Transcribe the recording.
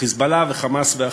"חיזבאללה", "חמאס" ואחרים.